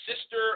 sister